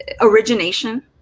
origination